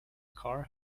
car